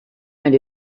and